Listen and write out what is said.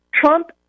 Trump